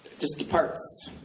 just the parts